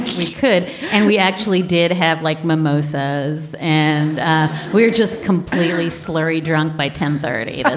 we could and we actually did have like mimosas and we're just completely slurry drunk by ten thirty but